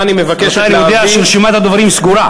אני מבקש, אני מודיע שרשימת הדוברים סגורה.